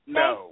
no